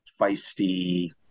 feisty